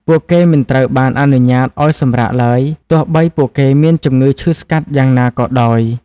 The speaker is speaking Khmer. ពួកគេមិនត្រូវបានអនុញ្ញាតឱ្យសម្រាកឡើយ ទោះបីពួកគេមានជម្ងឺឈឺស្កាត់យ៉ាងណាក៏ដោយ។